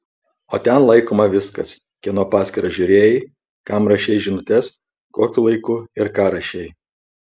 o ten laikoma viskas kieno paskyrą žiūrėjai kam rašei žinutes kokiu laiku ir ką rašei